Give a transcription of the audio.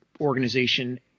organization